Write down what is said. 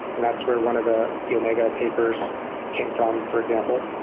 and that's where one of the the omega papers came from, for example.